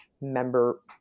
member